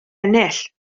ennill